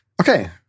Okay